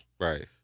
Right